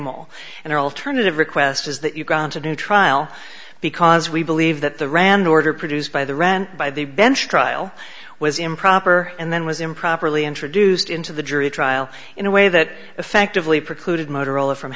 model and our alternative request is that you grant a new trial because we believe that the rand order produced by the rand by the bench trial was improper and then was improperly introduced into the jury trial in a way that effectively precluded motorola from